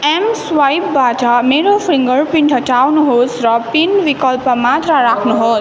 एमस्वाइपबाट मेरो फिङ्गरप्रिन्ट हटाउनुहोस् र पिन विकल्प मात्र राख्नुहोस्